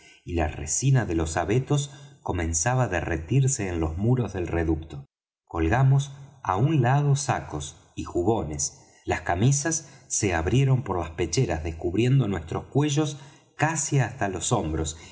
y la resina de los abetos comenzaba á derretirse en los muros del reducto colgamos á un lado sacos y jubones las camisas se abrieron por las pecheras descubriendo nuestros cuellos casi hasta los hombros